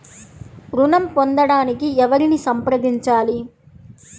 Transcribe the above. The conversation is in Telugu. ఋణం పొందటానికి ఎవరిని సంప్రదించాలి?